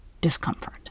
discomfort